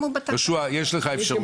על פי התעריפים שנקבעו.